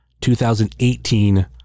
2018